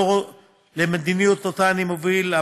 לאור מדיניות שאני מוביל,